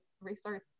restart